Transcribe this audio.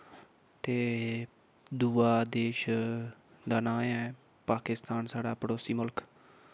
ते दूआ देश दा नांऽ ऐ पाकिस्तान साढ़ा पड़ोसी मुल्ख